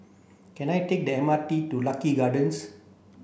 can I take the M R T to Lucky Gardens